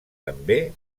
també